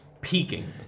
Peaking